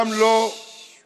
גם לא מוסכמות,